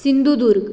Sindhudurg